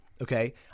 okay